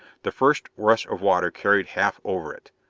the first rush of water carried half over it.